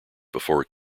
before